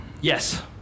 Yes